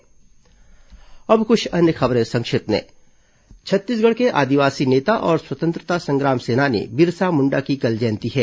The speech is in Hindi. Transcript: संक्षिप्त समाचार अब कुछ अन्य खबरें संक्षिप्त में छत्तीसगढ़ के आदिवासी नेता और स्वतंत्रता संग्राम सेनानी बिरसा मुण्डा की कल जयंती है